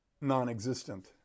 non-existent